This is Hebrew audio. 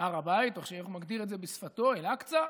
הר הבית, או איך שהוא מגדיר את זה בשפתו, אל-אקצא.